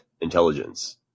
intelligence